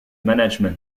management